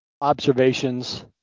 observations